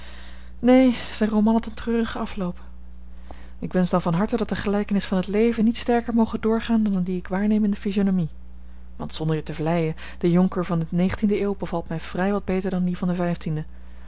neen zijn roman had een treurigen afloop ik wensch dan van harte dat de gelijkenis van het leven niet sterker moge doorgaan dan die ik waarneem in de physionomie want zonder je te vleien de jonker van de de eeuw bevalt mij vrij wat beter dan die van de